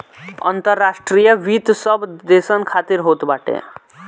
अंतर्राष्ट्रीय वित्त सब देसन खातिर होत बाटे